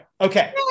Okay